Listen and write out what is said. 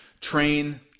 train